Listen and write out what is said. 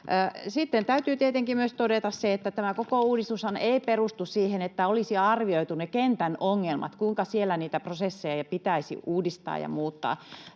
Sitten täytyy tietenkin myös todeta se, että tämä koko uudistushan ei perustu siihen, että olisi arvioitu ne kentän ongelmat, kuinka siellä niitä prosesseja pitäisi uudistaa ja muuttaa.